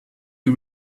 you